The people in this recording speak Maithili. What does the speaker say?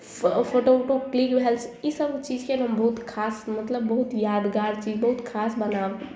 फोटो वोटो क्लिक भएल इसभ चीजके नहि हम बहुत खास मतलब बहुत यादगार चीज अछि बहुत खास बनाब